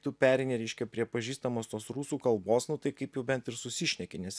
tu pereini reiškia prie pažįstamos tos rusų kalbos nu tai kaip jau bent ir susišneki nes